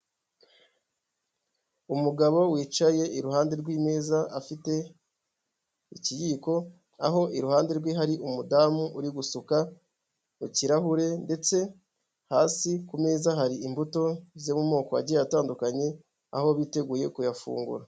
Umugabo wicaye iruhande rw'imeza afite ikiyiko, aho iruhande rwe hari umudamu uri gusuka mu kirahure ndetse hasi ku meza hari imbuto zo mu moko agiye atandukanye, aho biteguye kuyafungura.